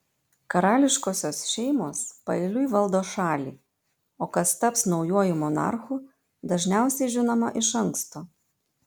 karališkosios šeimos paeiliui valdo šalį o kas taps naujuoju monarchu dažniausiai žinoma iš anksto